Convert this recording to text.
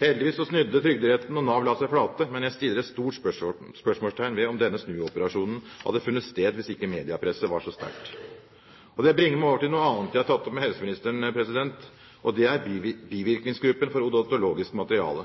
Heldigvis snudde Trygderetten, og Nav la seg flat. Men jeg setter et stort spørsmålstegn ved om denne snuoperasjonen hadde funnet sted hvis ikke mediepresset hadde vært så sterkt. Det bringer meg over på noe annet som jeg har tatt opp med helseministeren, og det er